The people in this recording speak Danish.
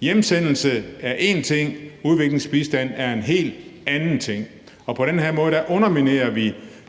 Hjemsendelse er én ting; udviklingsbistand er en helt anden ting. Og på den her måde underminerer vi